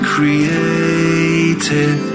Created